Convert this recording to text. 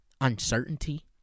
uncertainty